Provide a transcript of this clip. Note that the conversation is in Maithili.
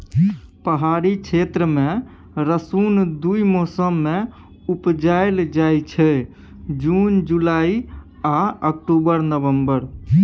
पहाड़ी क्षेत्र मे रसुन दु मौसम मे उपजाएल जाइ छै जुन जुलाई आ अक्टूबर नवंबर